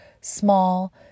small